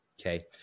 Okay